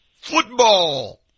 Football